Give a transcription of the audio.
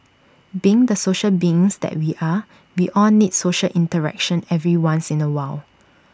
being the social beings that we are we all need social interaction every once in A while